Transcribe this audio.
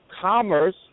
commerce